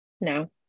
No